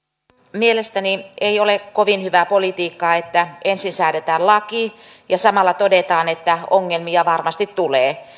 mielestäni ei ole kovin hyvää politiikkaa että ensin säädetään laki ja samalla todetaan että ongelmia varmasti tulee